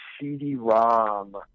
CD-ROM